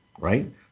right